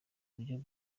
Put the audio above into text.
buryo